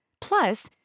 Plus